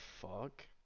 fuck